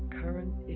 current